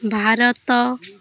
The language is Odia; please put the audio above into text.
ଭାରତ